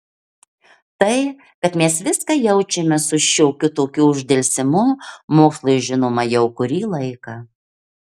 tai kad mes viską jaučiame su šiokiu tokiu uždelsimu mokslui žinoma jau kurį laiką